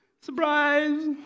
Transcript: surprise